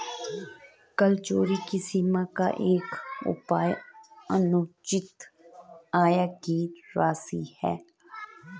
कर चोरी की सीमा का एक उपाय असूचित आय की राशि है